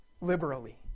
liberally